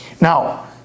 Now